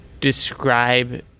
describe